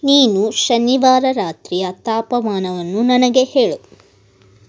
ನೀನು ಶನಿವಾರ ರಾತ್ರಿಯ ತಾಪಮಾನವನ್ನು ನನಗೆ ಹೇಳು